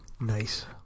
Nice